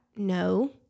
No